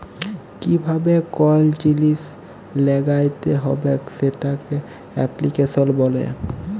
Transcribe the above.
কিভাবে কল জিলিস ল্যাগ্যাইতে হবেক সেটকে এপ্লিক্যাশল ব্যলে